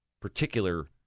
particular